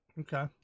Okay